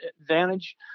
advantage